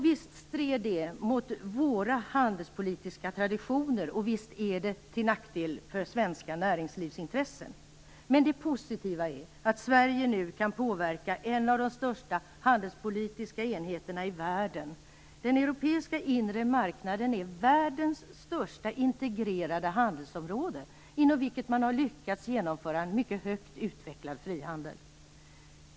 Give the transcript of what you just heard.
Visst stred det mot våra handelspolitiska traditioner, och visst är det till nackdel för svenska näringslivsintressen. Men det positiva är att Sverige nu kan påverka en av de största handelspolitiska enheterna i världen. Den europeiska inre marknaden är världens största integrerade handelsområde inom vilket man har lyckats genomföra en mycket högt utvecklad frihandel.